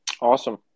Awesome